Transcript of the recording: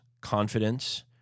confidence